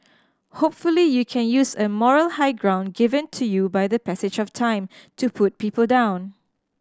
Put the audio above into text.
hopefully you can use a moral high ground given to you by the passage of time to put people down